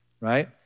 Right